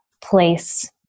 place